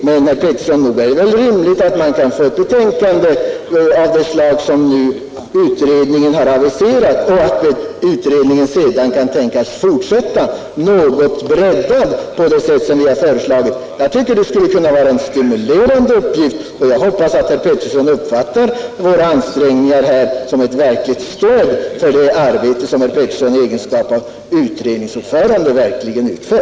Men, herr Arne Pettersson, nog är det väl rimligt att vi får det betänkande som utredningen har aviserat och att utredningen sedan får fortsätta arbetet, breddat på det sätt som vi har föreslagit. Jag tycker det skulle vara en stimulerande uppgift, och jag hoppas att herr Pettersson uppfattar våra ansträngningar som ett verkligt stöd för det arbete som herr Pettersson i egenskap av utredningsordförande utför.